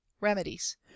remedies